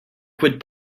quit